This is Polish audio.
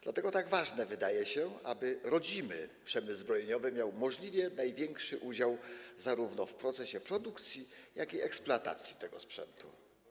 Dlatego tak ważne jest, aby rodzimy przemysł zbrojeniowy miał możliwie największy udział zarówno w procesie produkcji, jak i w czasie eksploatacji tego sprzętu.